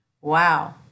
wow